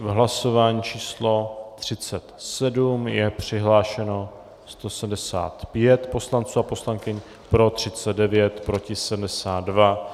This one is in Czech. V hlasování číslo 37 je přihlášeno 175 poslanců a poslankyň, pro 39, proti 72.